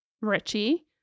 Richie